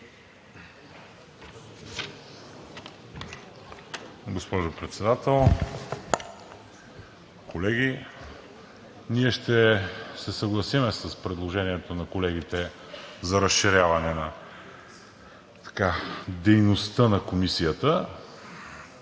Госпожо Председател, колеги! Ние ще се съгласим с предложението на колегите за разширяване на дейността на Комисията,